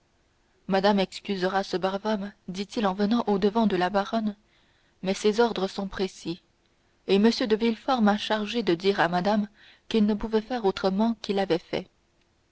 madame excusera ce brave homme dit-il en venant au-devant de la baronne mais ses ordres sont précis et m de villefort m'a chargé de dire à madame qu'il ne pouvait faire autrement qu'il avait fait